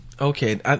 Okay